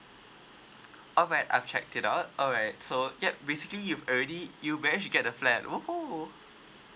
alright I've checked it out alright so yup basically you've already you manage to get the flat !woohoo!